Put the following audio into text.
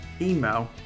email